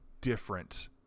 different